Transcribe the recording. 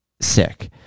sick